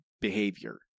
behavior